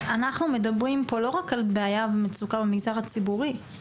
אנחנו מדברים פה לא רק על בעיה ומצוקה במגזר הציבורי,